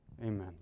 Amen